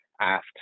asked